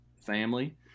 Family